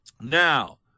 Now